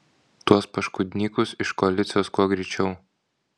tuos paškudnykus iš koalicijos kuo greičiau